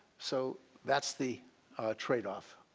so that's the trade-off.